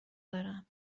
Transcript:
دارم